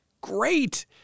Great